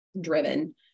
driven